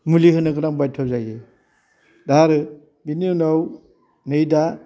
मुलि होनो गोनां बायध' जायो दा आरो बेनि उनाव नै दा